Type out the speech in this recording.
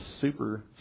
super